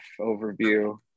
overview